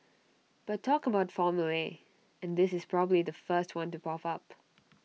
but talk about formulae and this is probably the first one to pop up